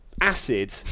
acid